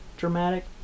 dramatic